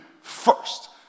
first